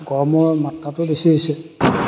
গৰমৰ মাত্ৰাটো বেছি হৈছে